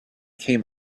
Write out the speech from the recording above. came